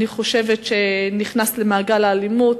אני חושבת שהוא נכנס למעגל האלימות